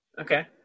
Okay